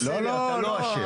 בסדר, אתה לא אשם.